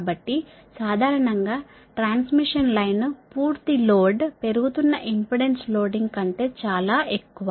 కాబట్టి సాధారణంగా transmission line పూర్తి లోడ్ పెరుగుతున్న ఇంపెడెన్స్ లోడింగ్ కంటే చాలా ఎక్కువ